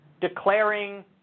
declaring